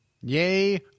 yay